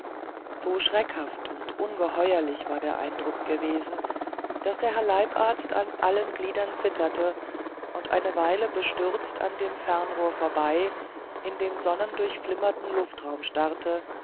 so schreckhaft und ungeheuerlich war der eindruck gewesen daß der herr leibarzt an allen gliedern zitterte und eine weile bestürzt an dem fernrohr vorbei in den sonnendurchflimmerten luftraum starrte